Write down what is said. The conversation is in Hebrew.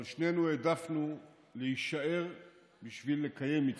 אבל שנינו העדפנו להישאר בשביל לקיים מצווה.